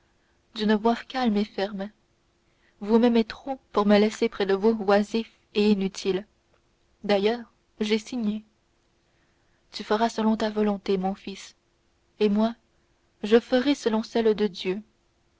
d'une voix calme et ferme vous m'aimez trop pour me laisser près de vous oisif et inutile d'ailleurs j'ai signé tu feras selon ta volonté mon fils moi je ferai selon celle de dieu